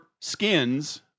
skins